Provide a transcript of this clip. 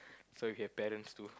so your parents do